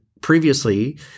previously